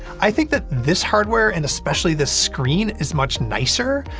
i think that this hardware, and especially this screen, is much nicer.